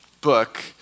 book